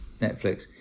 Netflix